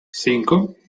cinco